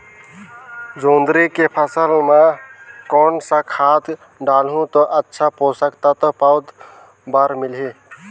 जोंदरी के फसल मां कोन सा खाद डालहु ता अच्छा पोषक तत्व पौध बार मिलही?